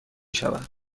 شود